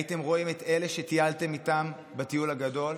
הייתם רואים את אלה שטיילתם איתם בטיול הגדול,